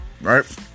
right